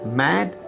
mad